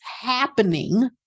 happening